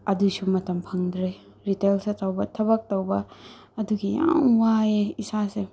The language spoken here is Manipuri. ꯑꯗꯨꯒꯤꯁꯨ ꯃꯇꯝ ꯐꯪꯗ꯭ꯔꯦ ꯔꯤꯇꯦꯜꯁ ꯆꯇꯧꯕ ꯊꯕꯛ ꯇꯧꯕ ꯑꯗꯨꯒꯤ ꯌꯥꯝ ꯋꯥꯏꯑꯦ ꯏꯁꯥꯁꯦ